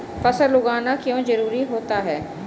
फसल उगाना क्यों जरूरी होता है?